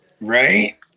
Right